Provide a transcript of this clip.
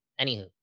Anywho